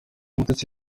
mutesi